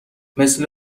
مثل